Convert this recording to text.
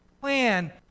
plan